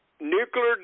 nuclear